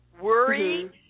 Worry